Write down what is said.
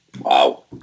Wow